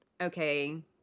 okay